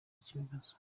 ikibazo